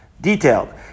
detailed